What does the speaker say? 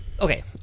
okay